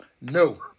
no